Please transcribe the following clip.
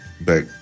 back